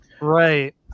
Right